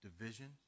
division